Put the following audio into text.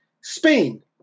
Spain